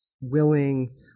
willing